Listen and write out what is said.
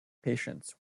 patients